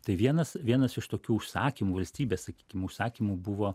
tai vienas vienas iš tokių užsakymų valstybės sakykim užsakymų buvo